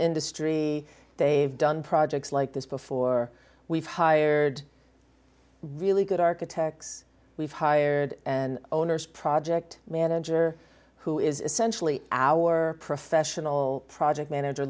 industry they've done projects like this before we've hired really good architects we've hired an owner's project manager who is essentially our professional project manager